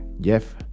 Jeff